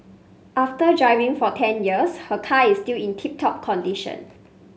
after driving for ten years her car is still in tip top condition